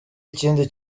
ikindi